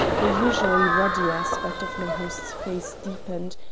the usually ruddy aspect of my host's face deepened,